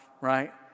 right